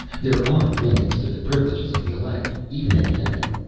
there are limits to the privileges of the elect, even in heaven.